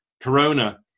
corona